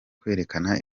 kwerekana